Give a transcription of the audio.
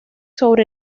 sobre